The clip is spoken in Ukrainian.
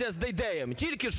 Зараз подивимося,